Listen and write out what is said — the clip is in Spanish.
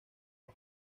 los